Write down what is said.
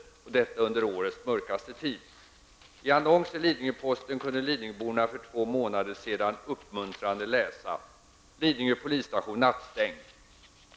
Detta sker under årets mörkaste årstid. I en annons i Lidingöposten kunde lidingöborna för två månader sedan uppmuntrande läsa: ''Lidingö polisstation nattstängd.''